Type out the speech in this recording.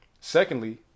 Secondly